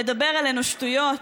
לדבר עלינו שטויות.